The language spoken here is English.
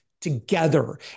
together